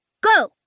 go